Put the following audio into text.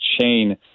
chain